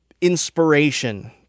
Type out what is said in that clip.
inspiration